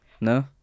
no